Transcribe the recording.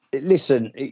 listen